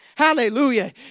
Hallelujah